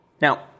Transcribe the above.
Now